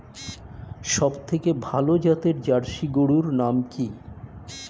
সবথেকে ভালো জাতের জার্সি গরুর নাম কি?